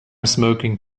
smoking